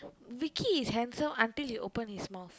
Vicky is handsome until he open his mouth